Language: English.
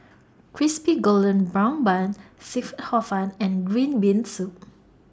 Crispy Golden Brown Bun Seafood Hor Fun and Green Bean Soup